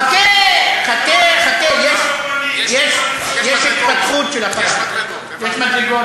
חכה, חכה, יש התפתחות של, יש מדרגות, הבנתי.